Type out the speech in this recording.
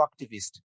activist